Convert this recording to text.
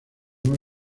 más